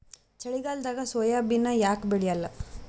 ಚಳಿಗಾಲದಾಗ ಸೋಯಾಬಿನ ಯಾಕ ಬೆಳ್ಯಾಲ?